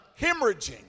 hemorrhaging